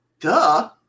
Duh